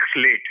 slate